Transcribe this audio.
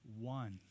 one